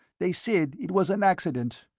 they said it was an accident.